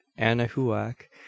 Anahuac